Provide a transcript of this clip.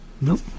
Nope